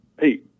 Hey